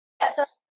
yes